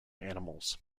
animals